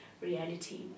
reality